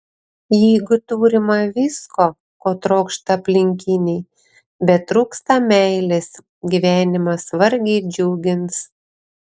jeigu turima visko ko trokšta aplinkiniai bet trūksta meilės gyvenimas vargiai džiugins